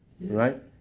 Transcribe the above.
right